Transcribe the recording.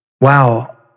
Wow